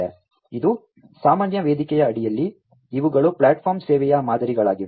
ಇದು ಸಾಮಾನ್ಯ ವೇದಿಕೆಯ ಅಡಿಯಲ್ಲಿ ಇವುಗಳು ಪ್ಲಾಟ್ಫಾರ್ಮ್ ಸೇವೆಯ ಮಾದರಿಗಳಾಗಿವೆ